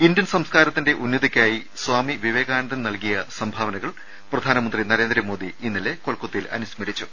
Indian സംസ്കാരത്തിന്റെ ഉന്നതിക്കായി സ്വാമി വിവേകാനന്ദൻ നൽകിയ സംഭാവനകൾ പ്രധാനമന്ത്രി നരേന്ദ്രമോദി ഇന്നലെ കൊൽക്കത്തയിൽ അനുസ്മരിച്ചു